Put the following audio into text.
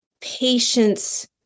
patience